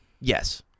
Yes